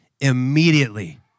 immediately